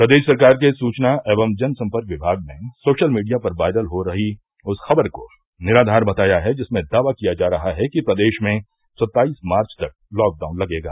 प्रदेश सरकार के सूचना एवं जन सम्पर्क विभाग ने सोशल मीडिया पर वायरल हो रही उस खबर को निराधार बताया है जिसमें दावा किया जा रहा है कि प्रदेश में सत्ताईस मार्च तक लॉकडाउन लगेगा